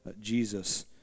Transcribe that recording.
jesus